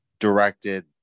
Directed